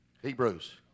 Hebrews